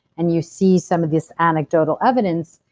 and you see some of this anecdotal evidence,